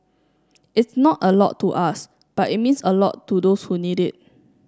it's not a lot to us but it means a lot to those who need it